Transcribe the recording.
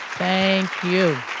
thank you.